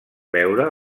veure